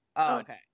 okay